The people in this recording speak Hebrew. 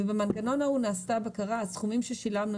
במנגנון ההוא נעשתה בקרה על סכומים ששילמנו,